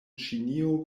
ĉinio